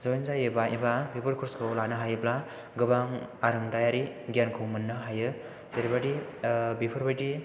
जयेन जायोबा एबा बेफोर कर्सखौ लानो हायोब्ला गोबां आरामदायारि गियानखौ मोननो हायो जेरैबायदि बेफोरबायदि